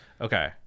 Okay